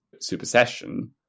supersession